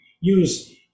use